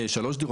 שלוש דירות,